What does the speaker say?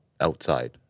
outside